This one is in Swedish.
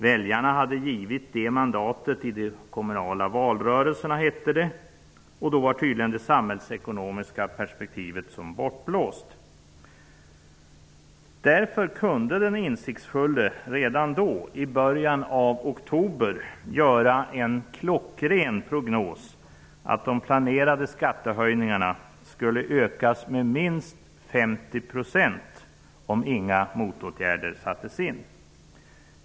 Väljarna hade givit det mandatet i de kommunala valrörelserna, hette det. Då var tydligen det samhällsekonomiska perspektivet som bortblåst. Därför kunde den insiktsfulle redan i början av oktober göra en klockren prognos, att de planerade skattehöjningarna skulle ökas med minst 50 % om inga motåtgärder sattes in.